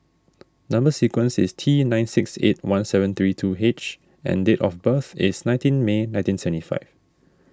Number Sequence is T nine six eight one seven three two H and date of birth is nineteen May nineteen seventy five